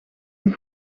een